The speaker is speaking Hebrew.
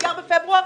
נסגר בפברואר.